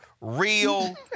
real